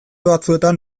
batzuetan